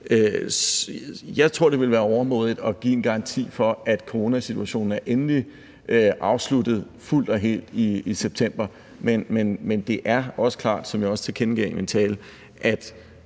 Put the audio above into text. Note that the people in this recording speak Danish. Jeg tror, det ville være overmodigt at give en garanti for, at coronasituationen er afsluttet fuldt og helt i september. Men det er også klart, som jeg tilkendegav i min tale, at